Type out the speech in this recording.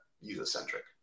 user-centric